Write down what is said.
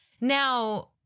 Now